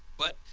but,